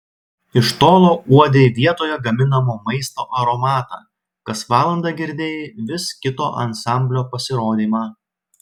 iš tolo uodei vietoje gaminamo maisto aromatą kas valandą girdėjai vis kito ansamblio pasirodymą